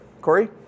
Corey